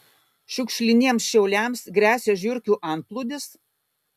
šiukšliniems šiauliams gresia žiurkių antplūdis